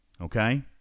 Okay